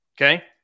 Okay